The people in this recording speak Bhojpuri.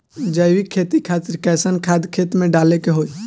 जैविक खेती खातिर कैसन खाद खेत मे डाले के होई?